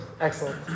excellent